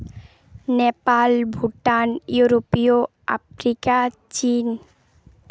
Nepal Bhutan Europe Africa chin